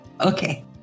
okay